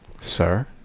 sir